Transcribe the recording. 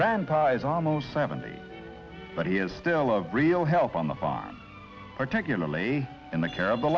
grandpa is almost seventy but he is still a real help on the phone particularly in the care of the